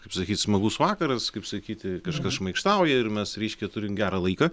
kaip sakyt smagus vakaras kaip sakyti kažkas šmaikštauja ir mes reiškia turim gerą laiką